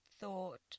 thought